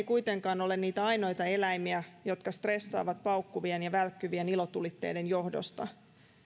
kuitenkaan ole ainoita eläimiä jotka stressaavat paukkuvien ja välkkyvien ilotulitteiden johdosta